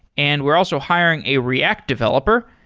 and we're also hiring a react developer.